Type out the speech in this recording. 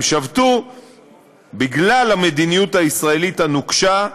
הם שבתו בגלל המדיניות הישראלית הנוקשה,